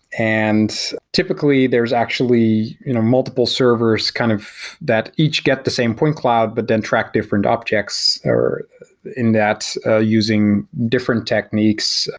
and typically there is actually multiple servers kind of that each get the same point cloud, but then track different objects or in that using different techniques.